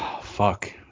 fuck